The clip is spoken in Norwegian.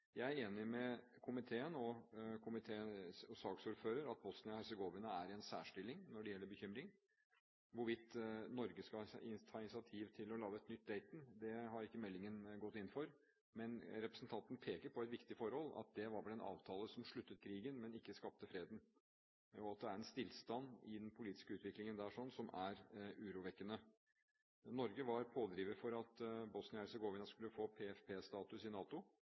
Jeg er enig med komiteen og saksordføreren i at Bosnia-Hercegovina er i en særstilling når det gjelder bekymring. Hvorvidt Norge skal ta initiativ til å lage et nytt Dayton, har ikke meldingen gått inn for. Representanten peker på et viktig forhold, at det var vel en avtale som sluttet krigen, men ikke skapte freden, og at det er en stillstand i den politiske utviklingen der som er urovekkende. Norge var pådriver for at Bosnia-Hercegovina skulle få PfP-status i NATO.